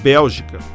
Bélgica